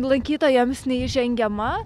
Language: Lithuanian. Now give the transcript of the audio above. lankytojams neįžengiama